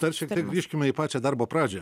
dar šiek tiek grįžkime į pačią darbo pradžią